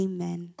Amen